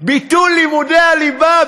ביטול לימודי הליבה,